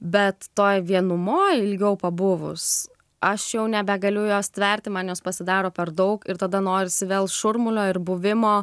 bet toj vienumoj ilgiau pabuvus aš jau nebegaliu jos tverti man jos pasidaro per daug ir tada norisi vėl šurmulio ir buvimo